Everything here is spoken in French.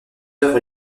œuvres